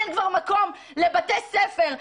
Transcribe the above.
אין כבר מקום לבתי ספר,